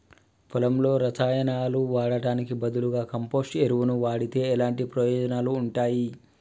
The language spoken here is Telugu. పొలంలో రసాయనాలు వాడటానికి బదులుగా కంపోస్ట్ ఎరువును వాడితే ఎలాంటి ప్రయోజనాలు ఉంటాయి?